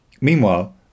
Meanwhile